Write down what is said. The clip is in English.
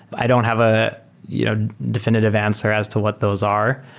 i don't have a you know defi nitive answer as to what those are.